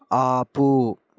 ఆపు